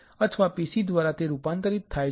અથવા પેશી દ્વારા તે રૂપાંતરિત થાય છે